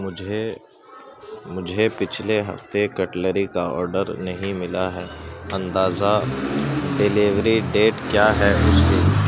مجھے مجھے پچھلے ہفتے کٹلری کا آرڈر نہیں ملا ہے اندازا ڈیلیوری ڈیٹ کیا ہے اس کی